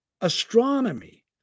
astronomy